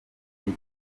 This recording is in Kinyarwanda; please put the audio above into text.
gihe